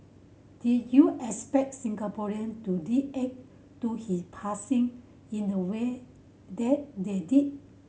did you expect Singaporean to react to his passing in the way that they did